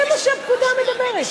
זה מה שהפקודה מדברת עליו.